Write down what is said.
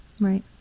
right